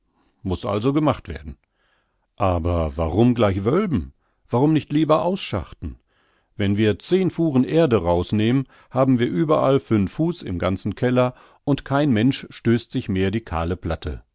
muß also gemacht werden aber warum gleich wölben warum nicht lieber ausschachten wenn wir zehn fuhren erde raus nehmen haben wir überall fünf fuß im ganzen keller und kein mensch stößt sich mehr die kahle platte